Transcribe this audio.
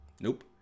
nope